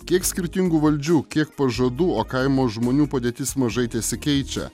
kiek skirtingų valdžių kiek pažadų o kaimo žmonių padėtis mažai tesikeičia